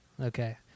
Okay